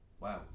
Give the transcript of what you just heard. wow